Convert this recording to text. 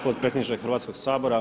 potpredsjedniče Hrvatskog sabora.